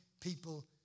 people